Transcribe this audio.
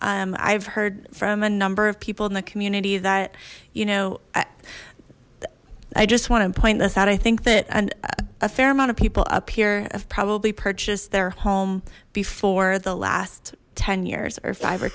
limbo i've heard from a number of people in the community that you know i just want to point this out i think that a fair amount of people up here have probably purchased their home before the last ten years or five or